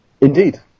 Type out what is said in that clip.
Indeed